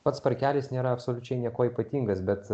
pats parkelis nėra absoliučiai niekuo ypatingas bet